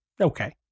Okay